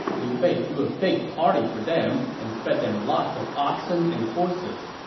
liu bei threw a big party for them and fed them lots of oxen and horses.